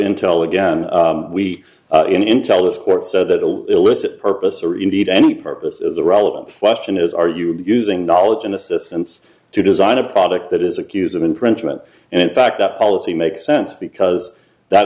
intel again we intel this court said that all illicit purpose or indeed any purpose is the relevant question is are you using knowledge and assistance to design a product that is accused of infringement and in fact that policy makes sense because that